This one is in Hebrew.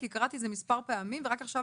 כי קראתי את זה מספר פעמים ורק עכשיו